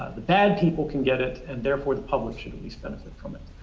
the bad people can get it, and therefore the public should at least benefit from it.